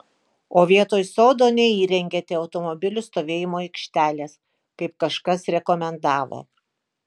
o vietoj sodo neįrengėte automobilių stovėjimo aikštelės kaip kažkas rekomendavo